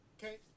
Okay